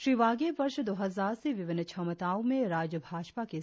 श्री वाघे वर्ष दो हजार से विभिन्न क्षमताओं में राज्य भाजपा की सेवा की है